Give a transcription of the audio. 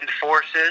forces